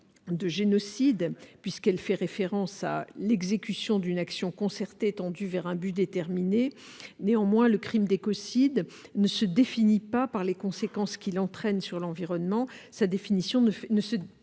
de génocide, puisqu'elle fait référence à l'exécution d'une action concertée tendue vers un but déterminé. Néanmoins, le crime d'écocide ne se définit que par les conséquences qu'il entraîne sur l'environnement ; il ne fait